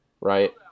Right